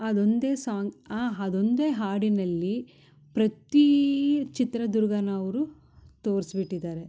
ಅದೊಂದೆ song ಆ ಅದೊಂದೇ ಹಾಡಿನಲ್ಲಿ ಪ್ರತಿ ಚಿತ್ರದುರ್ಗನ ಅವರು ತೊರ್ಸ್ಬಿಟ್ಟಿದ್ದಾರೆ